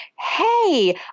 Hey